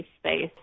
space